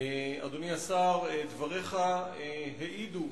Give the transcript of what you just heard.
אדוני השר, דבריך העידו